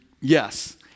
Yes